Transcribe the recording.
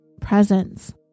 presence